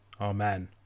Amen